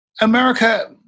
America